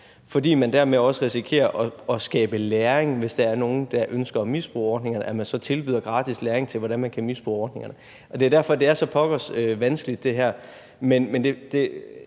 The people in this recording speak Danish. fordi man dermed også risikerer at skabe læring. Hvis der er nogen, der ønsker at misbruge ordningen, vil man så tilbyde gratis læring til, hvordan man kan misbruge ordningerne. Det er derfor, det her er så pokkers vanskeligt. Jeg vil